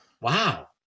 Wow